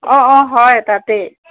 অঁ অঁ হয় তাতেই